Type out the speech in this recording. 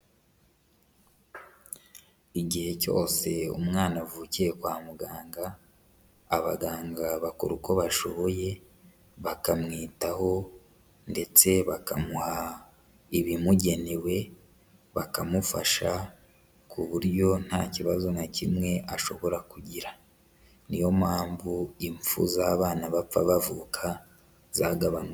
Igihe cyose umwana avukiye kwa muganga, abaganga bakora uko bashoboye bakamwitaho ndetse bakamuha ibimugenewe, bakamufasha ku buryo nta kibazo na kimwe ashobora kugira, niyo mpamvu impfu z'abana bapfa bavuka zagabanutse.